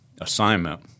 assignment